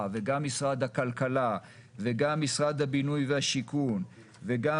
וגם משרד הכלכלה וגם משרד הבינוי והשיכון וגם